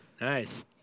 Nice